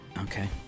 okay